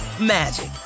magic